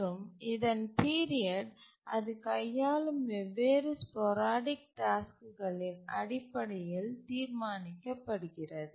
மற்றும் இதன் பீரியட் அது கையாளும் வெவ்வேறு ஸ்போரடிக் டாஸ்க்குகளின் அடிப்படையில் தீர்மானிக்கப்படுகிறது